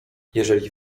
jeżeli